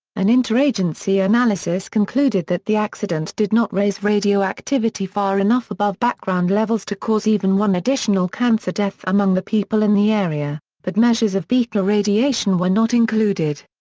an inter-agency analysis concluded that the accident did not raise radioactivity far enough above background levels to cause even one additional cancer death among the people in the area, but measures of beta radiation were not included.